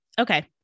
Okay